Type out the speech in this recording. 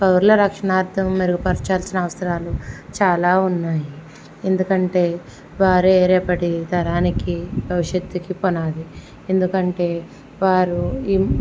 పౌరుల రక్షణార్థం మెరుగుపర్చాల్సిన అవసరాలు చాలా ఉన్నాయి ఎందుకంటే వారే రేపటి తరానికి భవిష్యత్తుకు పునాది ఎందుకంటే వారు